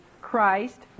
Christ